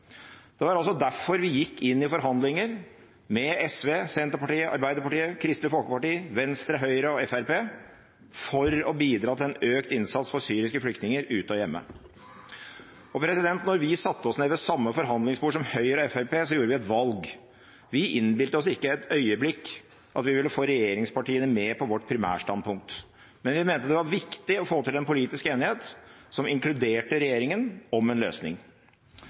Det var altså derfor vi gikk inn i forhandlinger med SV, Senterpartiet, Arbeiderpartiet, Kristelig Folkeparti, Venstre, Høyre og Fremskrittspartiet – for å bidra til en økt innsats for syriske flyktninger ute og hjemme. Da vi satte oss ned ved samme forhandlingsbord som Høyre og Fremskrittspartiet, gjorde vi et valg. Vi innbilte oss ikke et øyeblikk at vi ville få regjeringspartiene med på vårt primærstandpunkt, men vi mente det var viktig å få til en politisk enighet, som inkluderte regjeringen, om en løsning.